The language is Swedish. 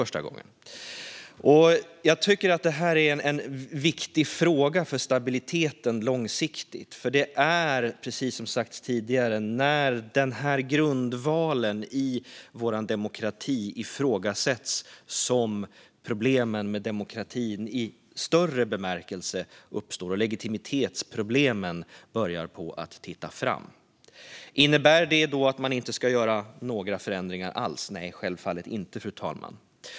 Jag tycker att detta är en viktig fråga för stabiliteten långsiktigt, för det är, precis som sagts tidigare, när denna grundval i vår demokrati ifrågasätts som problemen med demokratin i större bemärkelse uppstår och legitimitetsproblemen börjar titta fram. Innebär detta att man inte ska göra några förändringar alls? Nej, självfallet inte, fru talman.